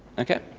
okay,